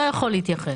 התקבלה.